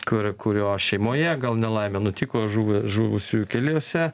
kur kurio šeimoje gal nelaimė nutiko žuvo žuvusiųjų keliuose